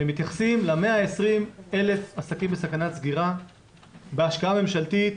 ומתייחסים ל-120,000 עסקים בסכנת סגירה בהשקעה ממשלתית